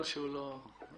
זה עניין של שקיפות.